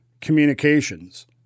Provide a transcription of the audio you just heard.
communications